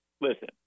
Listen